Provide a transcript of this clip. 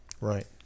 Right